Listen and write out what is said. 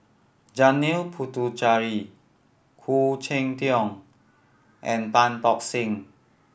Janil Puthucheary Khoo Cheng Tiong and Tan Tock Seng